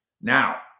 Now